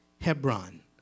Hebron